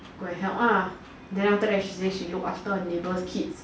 go and help ah then after that she look after her neighbour's kids then